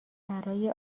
برای